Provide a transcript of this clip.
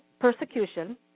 persecution